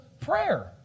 prayer